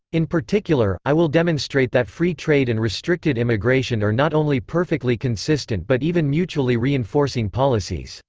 in particular, i will demonstrate that free trade and restricted immigration are not only perfectly consistent but even mutually reinforcing policies.